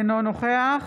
אינו נוכח